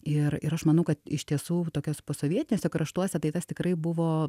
ir ir aš manau kad iš tiesų tokios posovietiniuose kraštuose tai tas tikrai buvo